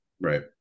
Right